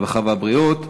הרווחה והבריאות נתקבלה.